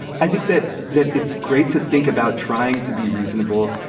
i think that that it's great to think about trying to be reasonable.